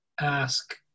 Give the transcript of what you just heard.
ask